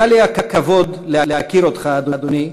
היה לי הכבוד להכיר אותך, אדוני,